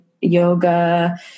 yoga